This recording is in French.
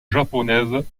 japonaises